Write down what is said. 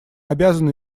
обязаны